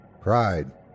Pride